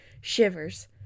shivers